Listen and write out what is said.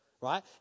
right